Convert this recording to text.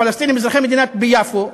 הפלסטינים אזרחי המדינה ביפו,